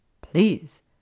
Please